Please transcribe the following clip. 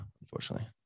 unfortunately